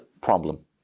problem